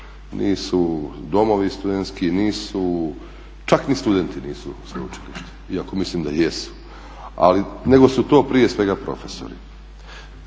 nisu domovi studentski, nisu čak ni studenti nisu sveučilišta iako mislim da jesu, nego su to prije svega profesori.